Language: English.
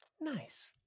nice